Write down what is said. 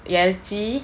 எறச்சி:erachi